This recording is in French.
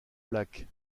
black